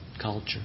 culture